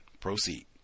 Proceed